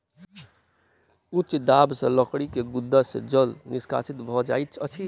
उच्च दाब सॅ लकड़ी के गुद्दा सॅ जल निष्कासित भ जाइत अछि